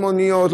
לא מוניות,